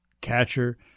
catcher